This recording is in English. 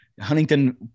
Huntington